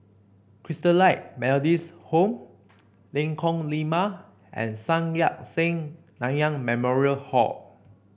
Christalite Methodist Home Lengkong Lima and Sun Yat Sen Nanyang Memorial Hall